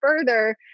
further